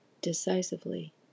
decisively